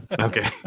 Okay